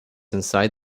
inside